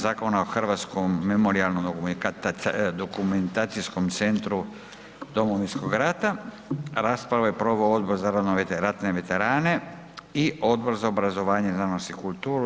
Zakona o Hrvatskom memorijalno-dokumentacijskom centru Domovinskog rata, raspravu je proveo Odbor za ratne veterane i Odbor za obrazovanje, znanost i kulturu.